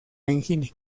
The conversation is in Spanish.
engine